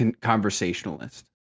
conversationalist